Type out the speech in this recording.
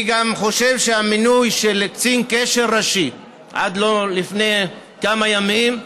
אני גם חושב שהמינוי של קצין קשר ראשי רק לפני כמה ימים,